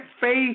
faith